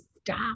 stop